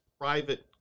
private